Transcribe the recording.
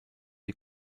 die